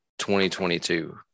2022